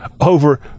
over